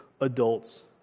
adults